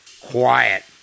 Quiet